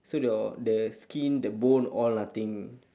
so your the skin the bone all nothing